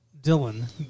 Dylan